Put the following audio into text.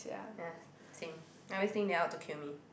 ya same everything they are out to kill me